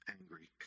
angry